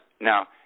Now